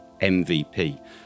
MVP